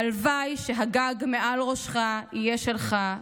/ הלוואי שהגג מעל ראשך יהיה שלך.